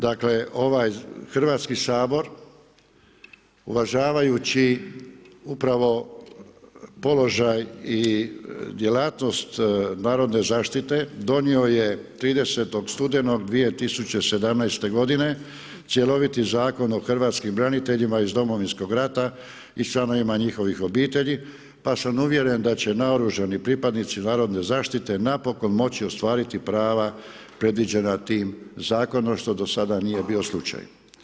Dakle ovaj Hrvatski sabor uvažavajući upravo položaj i djelatnost narodne zaštite donio je 30. studenog 2017. g. cjeloviti Zakon o hrvatskim braniteljima iz Domovinskog rata i članovima njihovih obitelji, pa sam uvjeren da će naoružani pripadnici narodne zaštite napokon moći ostvariti prava predviđena tim zakonom, što do sada nije bio slučaj.